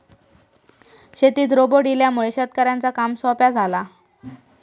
शेतीत रोबोट इल्यामुळे शेतकऱ्यांचा काम सोप्या झाला